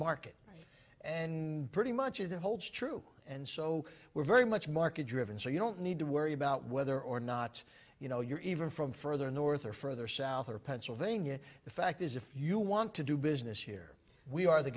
market and pretty much it holds true and so we're very much market driven so you don't need to worry about whether or not you know you're even from further north or further south or pennsylvania the fact is if you want to do business here we are the